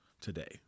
today